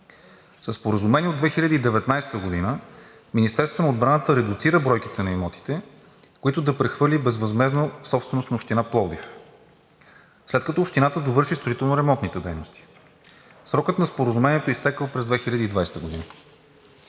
Със споразумение от 2019 г. Министерството на отбраната редуцира бройките на имотите, които да прехвърли безвъзмездно в собственост на Община Пловдив, след като Общината довърши строително-ремонтните дейности. Срокът на споразумението е изтекъл през 2020 г.